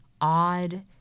odd